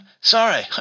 Sorry